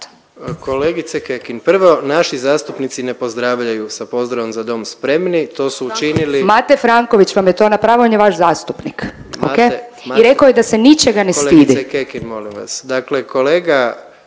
Kolegice Kekin, prvo naši zastupnici ne pozdravljaju sa pozdravom „Za dom spremni“. To su učinili … …/Upadica Kekin: Mate Franković vam je to napravio, on je vaš zastupnik. O.k.? I rekao je da se ničega ne stidi./… Kolegice Kekin molim vas. Dakle kolega